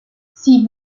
sie